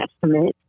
Testament